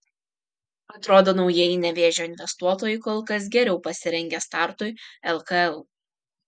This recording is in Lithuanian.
atrodo naujieji nevėžio investuotojai kol kas geriau pasirengę startui lkl